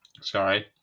Sorry